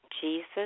Jesus